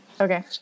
Okay